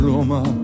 Roma